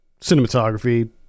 cinematography